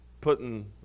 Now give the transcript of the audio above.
putting